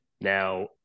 Now